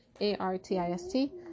a-r-t-i-s-t